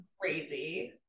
crazy